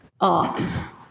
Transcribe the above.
arts